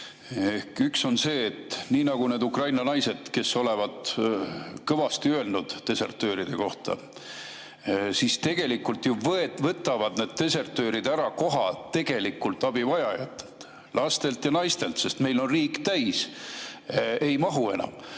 Üks on see, et nii nagu need Ukraina naised, kes olevat kõvasti öelnud desertööride kohta, võtavad need desertöörid ju ära koha tegelikelt abivajajatelt, lastelt ja naistelt, sest meil on riik täis, enam